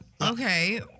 Okay